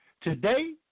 Today